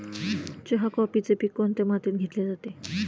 चहा, कॉफीचे पीक कोणत्या मातीत घेतले जाते?